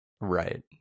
Right